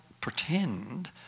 pretend